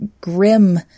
grim